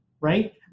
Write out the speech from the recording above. right